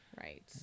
Right